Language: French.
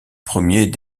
premier